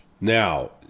Now